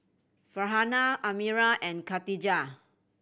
Farhanah Amirah and Katijah